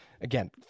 again